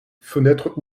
fenêtre